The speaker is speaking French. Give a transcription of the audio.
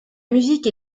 musique